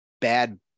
bad